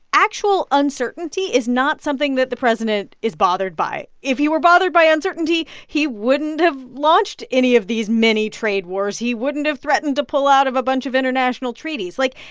actual uncertainty is not something that the president is bothered by. if he were bothered by uncertainty, he wouldn't have launched any of these many trade wars. he wouldn't have threatened to pull out of a bunch of international treaties. like,